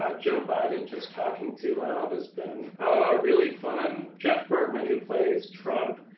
ah joe biden just talking too loud has been really fun. jeff bergman, who plays trump,